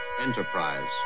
enterprise